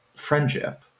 Friendship